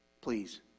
please